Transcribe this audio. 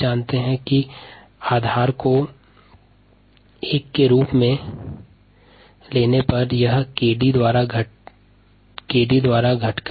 base को 1 के रूप में लेने पर यह 𝑘𝑑 द्वारा घटकर 2303 हो जाता है